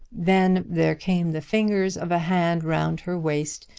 then there came the fingers of a hand round her waist,